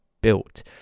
built